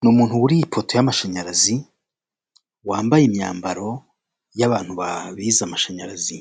Ni umuntu uririye iyi ipoto y'amashanyarazi wambaye imyambaro y'abantu bize amashanyarazi